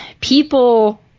people